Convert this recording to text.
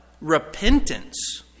Repentance